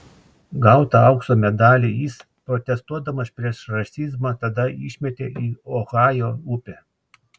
gautą aukso medalį jis protestuodamas prieš rasizmą tada išmetė į ohajo upę